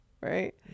Right